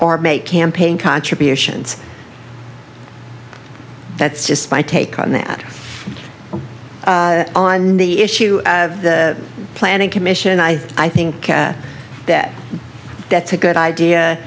or make campaign contributions that's just my take on that on the issue of the planning commission i think that that's a good idea